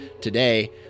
today